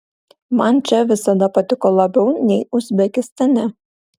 man čia visada patiko labiau nei uzbekistane